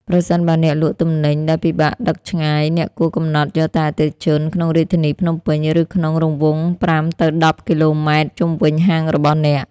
ប្រសិនបើអ្នកលក់ទំនិញដែលពិបាកដឹកឆ្ងាយ អ្នកគួរកំណត់យកតែអតិថិជនក្នុង រាជធានីភ្នំពេញ ឬក្នុង រង្វង់ ៥-១០ គីឡូម៉ែត្រ ជុំវិញហាងរបស់អ្នក។